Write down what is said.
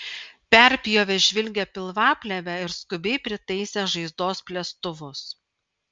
perpjovė žvilgią pilvaplėvę ir skubiai pritaisė žaizdos plėstuvus